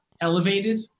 elevated